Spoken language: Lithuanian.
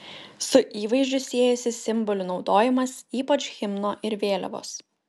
su įvaizdžiu siejosi simbolių naudojimas ypač himno ir vėliavos